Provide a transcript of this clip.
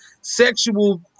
sexual